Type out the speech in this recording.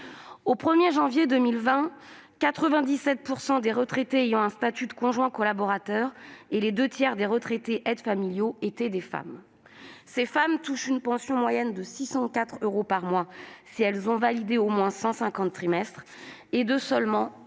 Au 1 janvier 2020, 97 % des retraités relevant du statut de conjoint collaborateur et les deux tiers des retraités aides familiaux étaient des femmes. Ces femmes touchent une pension moyenne de 604 euros par mois si elles ont validé au moins 150 trimestres et de seulement